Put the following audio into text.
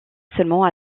seulement